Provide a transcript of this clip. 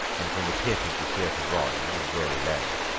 and from the pit of the theatre royal in drury lane,